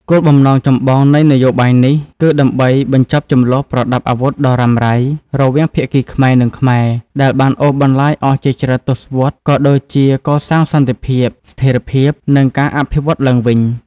គោលបំណងចម្បងនៃនយោបាយនេះ គឺដើម្បីបញ្ចប់ជម្លោះប្រដាប់អាវុធដ៏រ៉ាំរ៉ៃ រវាងភាគីខ្មែរ និងខ្មែរ ដែលបានអូសបន្លាយអស់ជាច្រើនទសវត្សរ៍ក៏ដូចជាកសាងសន្តិភាព ស្ថិរភាព និងការអភិវឌ្ឍឡើងវិញ។